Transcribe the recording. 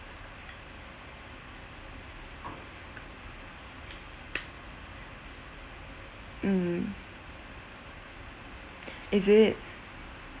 mm is it